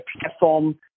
platform